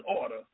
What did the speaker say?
order